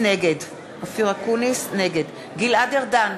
נגד גלעד ארדן,